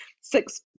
six